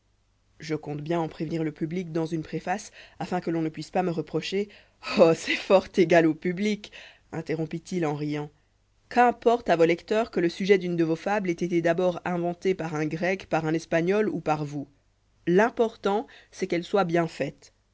je compte bien en prévenir le public dans une préface afin que l'on ne puisse pas me reprocher oh c'est fort égal au public interrompit-il en riant qu'importe à vos lecteurs que le sujet d'une de vos fables ait été d'abord inventé par un grec par un espagnol ou par vous l'important c'est qu'elle soit bien faite